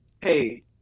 hey